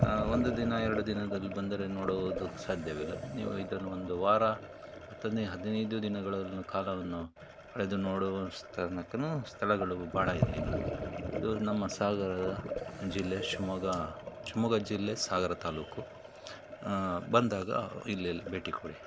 ಒಂದು ದಿನ ಎರಡು ದಿನದಲ್ಲಿ ಬಂದರೆ ನೋಡುವುದಕ್ಕೆ ಸಾಧ್ಯವಿಲ್ಲ ನೀವಿದನ್ನು ಒಂದು ವಾರ ಹತ್ತನೆ ಹದಿನೈದು ದಿನಗಳನ್ನು ಕಾಲವನ್ನು ಕಳೆದು ನೋಡುವ ತನಕನು ಸ್ಥಳಗಳು ಬಹಳ ಇದೆ ಇದು ಇದು ನಮ್ಮ ಸಾಗರದ ಜಿಲ್ಲೆ ಶಿವ್ಮೊಗ್ಗ ಶಿವ್ಮೊಗ್ಗ ಜಿಲ್ಲೆ ಸಾಗರ ತಾಲೂಕು ಬಂದಾಗ ಇಲ್ಲೆಲ್ಲ ಭೇಟಿ ಕೊಡಿ